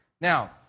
Now